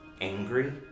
angry